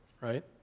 right